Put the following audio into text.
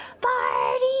PARTY